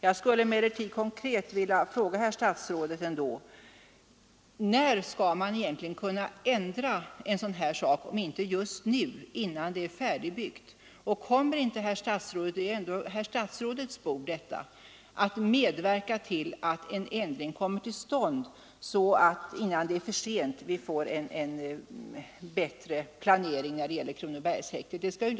Jag skulle emellertid vilja fråga herr statsrådet när man skall kunna ändra en sådan här sak om inte just nu, innan häktet är färdigbyggt. Kommer inte herr statsrådet — detta är ändå herr statsrådets bord — att medverka till att en ändring kommer till stånd så att vi får en bättre planering när det gäller Kronobergshäktet innan det är för sent?